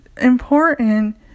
important